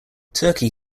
turkey